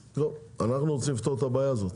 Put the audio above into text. טוב, אנחנו רוצים לפתור את הבעיה הזאת,